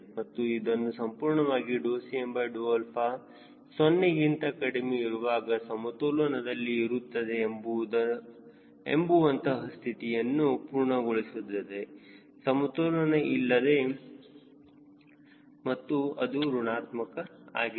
ಮತ್ತು ಅದು ಸಂಪೂರ್ಣವಾಗಿ Cm0 ಗಿಂತ ಕಡಿಮೆ ಇರುವಾಗ ಸಮತೋಲನದಲ್ಲಿ ಇರುತ್ತದೆ ಎಂಬುವಂತಹ ಸ್ಥಿತಿಯನ್ನು ಪೂರ್ಣಗೊಳಿಸುತ್ತದೆ ಸಮತೋಲನ ಇಲ್ಲಿದೆ ಮತ್ತು ಇದು ಋಣಾತ್ಮಕ ಆಗಿದೆ